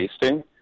tasting